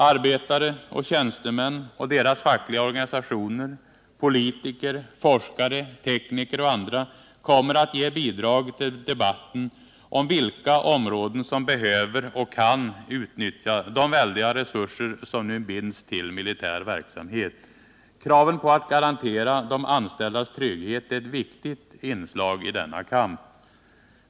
Arbetare och tjänstemän och deras fackliga organisationer, politiker, forskare, tekniker och andra kommer att ge bidrag till debatten om vilka områden som behöver och kan utnyttja de väldiga resurser som nu binds till militär verksamhet. Kraven på att garantera de anställdas trygghet är ett viktigt inslag i denna kamp.